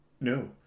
no